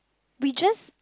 we just